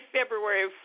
February